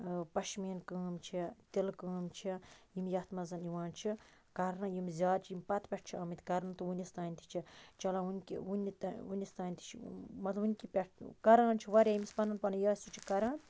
پَشمیٖن کٲم چھےٚ تِلہٕ کٲم چھےٚ یِم یتھ مَنز یِوان چھِ کَرنہٕ یِم زیاد چھِ یِم پَتہٕ پیٚٹھِ چھِ آمٕتۍ کَرنہٕ تہٕ وُنِس تام تہِ چھِ چلو ونس تام تہِ چھِ مَطلَب ونکہِ پیٚٹھ کَران چھِ واریاہ ییٚمِس پَنُن پَنُن یہِ آسہِ سُہ چھُ کَران